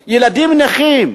ילדים, ילדים נכים.